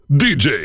dj